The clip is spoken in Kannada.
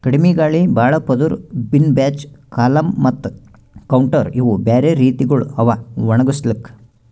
ಕಡಿಮಿ ಗಾಳಿ, ಭಾಳ ಪದುರ್, ಬಿನ್ ಬ್ಯಾಚ್, ಕಾಲಮ್ ಮತ್ತ ಕೌಂಟರ್ ಇವು ಬ್ಯಾರೆ ರೀತಿಗೊಳ್ ಅವಾ ಒಣುಗುಸ್ಲುಕ್